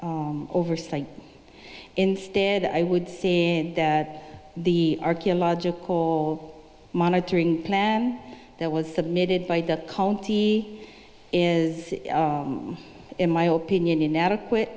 oversight instead i would say that the archaeological monitoring plan that was submitted by the county is in my opinion inadequate